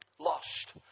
Lost